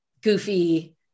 goofy